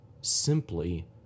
simply